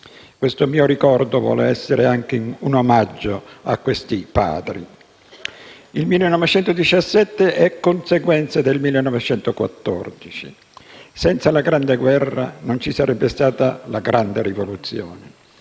Questo mio ricordo vuole essere anche un omaggio a questi Padri. Il 1917 è conseguenza del 1914. Senza la Grande guerra non ci sarebbe stata la Grande rivoluzione.